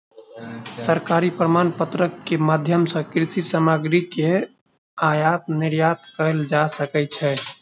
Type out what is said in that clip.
सरकारी प्रमाणपत्र के माध्यम सॅ कृषि सामग्री के आयात निर्यात कयल जा सकै छै